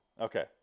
okay